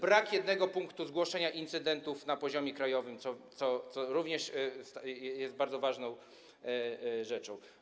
Brak jednego punktu zgłoszeń incydentów na poziomie krajowym, co również jest bardzo ważną rzeczą.